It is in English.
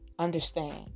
Understand